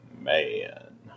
man